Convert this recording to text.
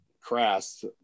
crass